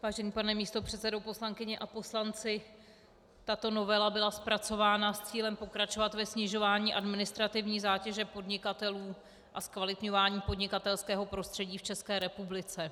Vážený pane místopředsedo, poslankyně a poslanci, tato novela byla zpracována s cílem pokračovat ve snižování administrativní zátěže podnikatelů a zkvalitňování podnikatelského prostředí v České republice.